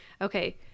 okay